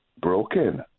broken